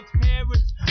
parents